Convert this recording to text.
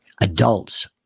adults